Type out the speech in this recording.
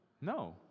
No